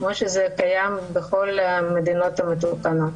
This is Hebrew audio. כמו שזה קיים בכל המדינות המתוקנות.